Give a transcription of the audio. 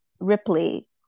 Ripley